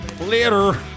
Later